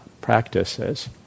practices